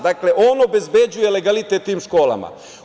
Dakle, on obezbeđuje legalitet tim školama.